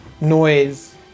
noise